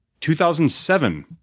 2007